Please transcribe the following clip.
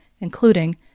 including